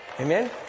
Amen